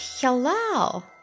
hello